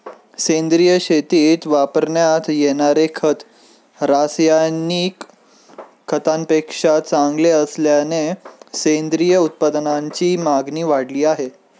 सेंद्रिय शेतीत वापरण्यात येणारे खत रासायनिक खतांपेक्षा चांगले असल्याने सेंद्रिय उत्पादनांची मागणी वाढली आहे